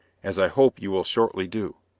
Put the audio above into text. as i hope you will shortly do.